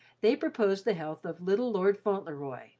they proposed the health of little lord fauntleroy